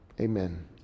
Amen